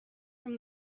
from